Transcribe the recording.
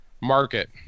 market